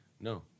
no